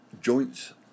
joints